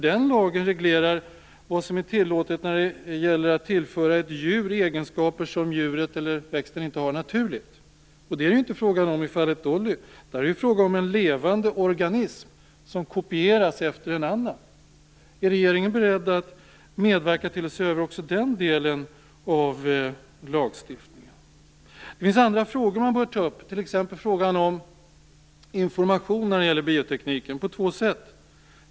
Den lagen reglerar ju vad som är tillåtet när det gäller att tillföra ett djur växten inte har naturligt. Det är det ju inte fråga om i fallet Dolly, utan där är det fråga om en levande organism som kopierats efter en annan. Är regeringen beredd att medverka till en översyn också av den delen av lagstiftningen? Det finns också andra frågor som bör tas upp, t.ex. frågan om information om biotekniken. Det gäller då två sätt.